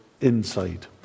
inside